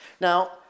Now